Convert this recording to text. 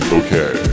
okay